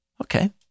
okay